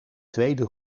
tweede